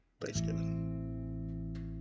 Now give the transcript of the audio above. Thanksgiving